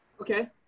Okay